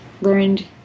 learned